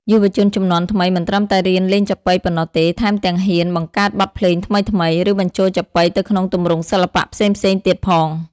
យុវជនជំនាន់ថ្មីមិនត្រឹមតែរៀនលេងចាប៉ីប៉ុណ្ណោះទេ ថែមទាំងហ៊ាន បង្កើតបទភ្លេងថ្មីៗ ឬបញ្ចូលចាប៉ីទៅក្នុងទម្រង់សិល្បៈផ្សេងៗទៀតផង។